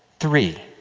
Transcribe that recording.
three.